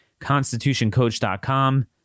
constitutioncoach.com